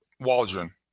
Waldron